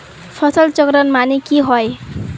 फसल चक्रण माने की होय?